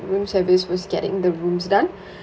room service was getting the rooms done